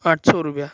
આઠસો રૂપિયા